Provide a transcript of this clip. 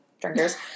drinkers